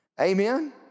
Amen